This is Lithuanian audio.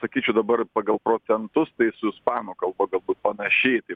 sakyčiau dabar pagal procentus tai su ispanų kalba galbūt panašiai taip